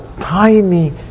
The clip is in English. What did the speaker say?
tiny